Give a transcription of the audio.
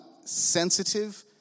sensitive